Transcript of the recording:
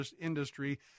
industry